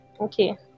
okay